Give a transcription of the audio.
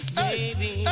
baby